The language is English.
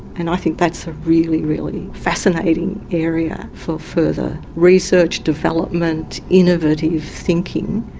and i think that's a really, really fascinating area for further research, development, innovative thinking.